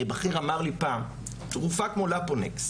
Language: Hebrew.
בכיר אמר לי פעם תרופת לפונקס,